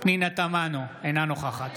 פנינה תמנו, אינה נוכחת